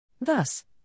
Thus